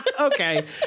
Okay